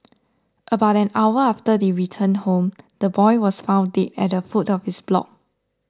about an hour after they returned home the boy was found dead at the foot of his block